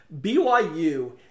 BYU